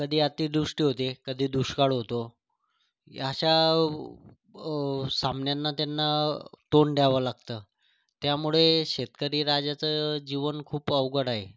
कधी अतिवृष्टी होते कधी दुष्काळ होतो ह्या अशा सामन्यांना त्यांना तोंड द्यावं लागतं त्यामुळे शेतकरी राजाचं जीवन खूप अवघड आहे